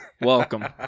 Welcome